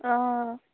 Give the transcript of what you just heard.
অঁ